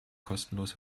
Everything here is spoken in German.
kostenlos